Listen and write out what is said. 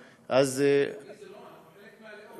אבל זה עניין לאומי, אנחנו חלק מהלאום.